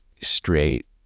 straight